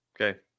Okay